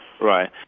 Right